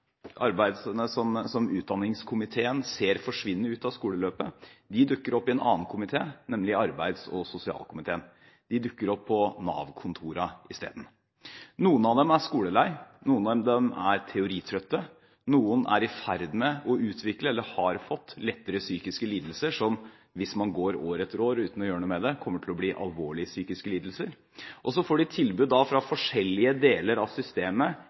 av dem som utdanningskomiteen ser forsvinne ut av skoleløpet, dukker opp i en annen komité – arbeids- og sosialkomiteen. De dukker opp på Nav-kontorene i stedet. Noen av dem er skoleleie, noen av dem er teoritrøtte, og noen er i ferd med å utvikle eller har fått lettere psykiske lidelser, som hvis man går år etter år uten å gjøre noe med det, kommer til å bli alvorlige psykiske lidelser. Så får de tilbud fra forskjellige deler av systemet